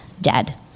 dead